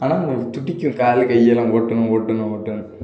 ஆனால் நமக்குத் துடிக்கும் காலு கையெல்லாம் ஓட்டணும் ஓட்டணும் ஓட்டணும்